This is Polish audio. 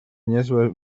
niezłe